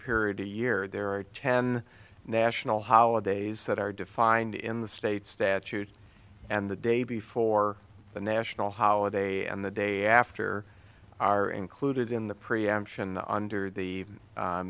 period a year there are ten national holidays that are defined in the state statute and the day before the national holiday and the day after are included in the preemption under the